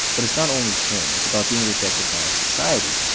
but it's not only him, it's about being rejected by society.